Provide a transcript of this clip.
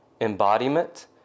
embodiment